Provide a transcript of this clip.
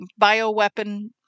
bioweapon